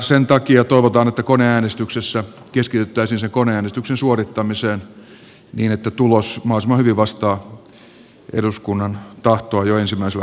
sen takia toivotaan että koneäänestyksessä keskityttäisiin sen koneäänestyksen suorittamiseen niin että tulos mahdollisimman hyvin vastaa eduskunnan tahtoa jo ensimmäisellä kerralla